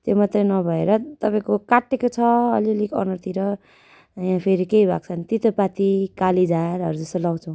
त्यो मात्रै नभएर तपाईँको काटिएको छ अलिअलि अनुहारतिर अनि फेरि केही भएको छ भने तितेपाती कालिझारहरू जस्तो लाउँछौँ